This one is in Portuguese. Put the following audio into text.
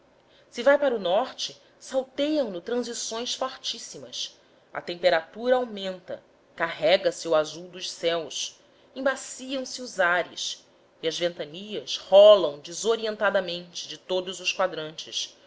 se vai para o norte salteiam se transições fortíssimas a temperatura aumenta carrega se o azul dos céus embaciam se os ares e as ventanias rolam desorientadamente de todos os quadrantes